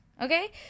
Okay